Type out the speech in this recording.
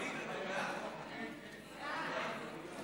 יאללה.